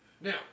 Now